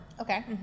Okay